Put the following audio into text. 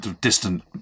distant